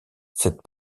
cette